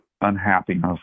unhappiness